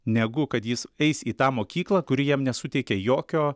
negu kad jis eis į tą mokyklą kuri jam nesuteikia jokio